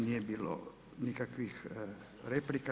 Nije bilo nikakvih replika.